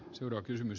herra puhemies